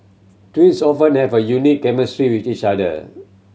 twins often have a unique chemistry with each other